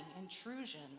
intrusion